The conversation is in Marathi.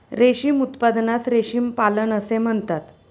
रेशीम उत्पादनास रेशीम पालन असे म्हणतात